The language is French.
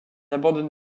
abandonne